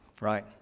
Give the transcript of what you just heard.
right